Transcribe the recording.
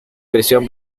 prisión